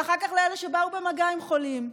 ואחר כך לאלה שבאו במגע עם חולים,